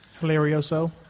Hilarioso